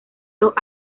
los